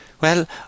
Well